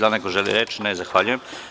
Da li neko želi reč? (Ne.) Zahvaljujem.